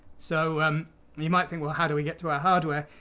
so um and you might think well how do we get to our hardware.